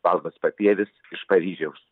valdas papievis iš paryžiaus